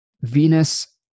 Venus